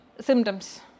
symptoms